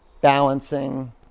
balancing